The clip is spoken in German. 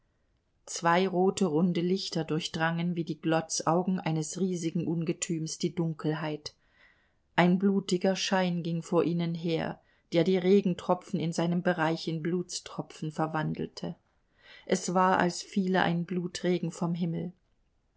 zwei rote runde lichter durchdrangen wie die glotzaugen eines riesigen ungetüms die dunkelheit ein blutiger schein ging vor ihnen her der die regentropfen in seinem bereich in blutstropfen verwandelte es war als fiele ein blutregen vom himmel